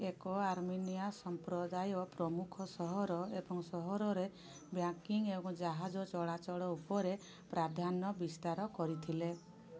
ଏକ ଆର୍ମେନିଆ ସମ୍ପ୍ରଦାୟ ପ୍ରମୁଖ ସହର ଏବଂ ସହରରେ ବ୍ୟାଙ୍କିଙ୍ଗ୍ ଏବଂ ଜାହାଜ ଚଳାଚଳ ଉପରେ ପ୍ରାଧାନ୍ୟ ବିସ୍ତାର କରିଥିଲେ